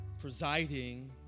presiding